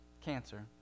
cancer